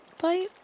bite